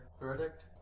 verdict